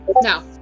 No